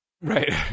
Right